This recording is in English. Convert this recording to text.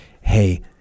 hey